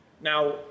Now